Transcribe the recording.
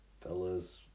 Fellas